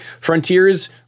frontiers